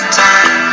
time